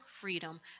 Freedom